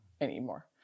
anymore